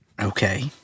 Okay